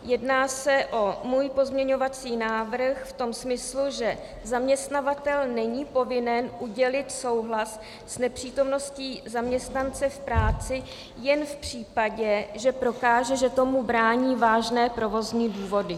Jedná se o můj pozměňovací návrh v tom smyslu, že zaměstnavatel není povinen udělit souhlas s nepřítomností zaměstnance v práci jen v případě, že prokáže, že tomu brání vážné provozní důvody.